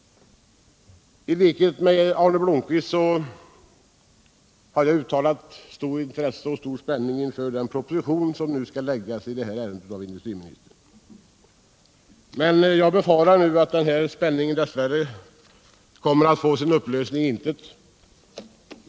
I likhet med Arne Blomkvist har jag uttalat stort intresse för och emotser med stor spänning den proposition som nu skall läggas fram i detta ärende av industriministern. Men jag befarar nu att denna spänning dess värre kommer att få sin upplösning i intet.